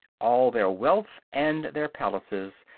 all their wealth and their palaces,